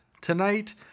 Tonight